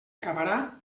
acabarà